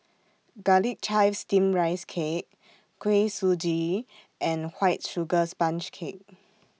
Garlic Chives Steamed Rice Cake Kuih Suji and White Sugar Sponge Cake